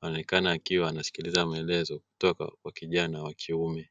anaonekana akiwa anasikiliza maelezo kutoka kwa kijana wa kiume.